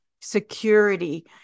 security